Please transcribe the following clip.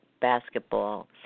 basketball